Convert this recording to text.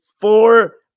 four